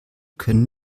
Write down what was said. können